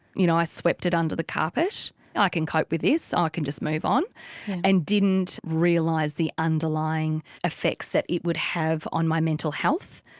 you know i swept it under the carpet ah i can cope with this, ah i can just move on and didn't realise the underlying effects that it would have on my mental health,